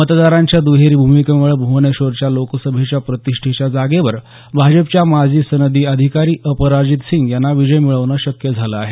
मतदारांच्या दुहेरी भूमिकेमुळं भूवनेश्वरच्या लोकसभेच्या प्रतिष्ठेच्या जागेवर भाजपच्या माजी सनदी अधिकारी अपराजित सिंग यांना विजय मिळवणं शक्य झाले आहे